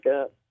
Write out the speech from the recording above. up